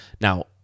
Now